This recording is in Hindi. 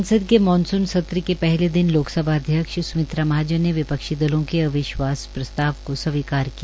संसद के मानसून सत्र के पहले दिन लोकसभा अध्यक्ष स्मित्रा महाजन ने विपक्षी दलों के अविश्वास प्रस्ताव को स्वीकार किया